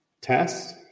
tests